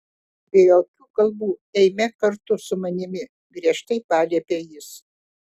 be jokių kalbų eime kartu su manimi griežtai paliepė jis